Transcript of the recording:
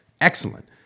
Excellent